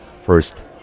first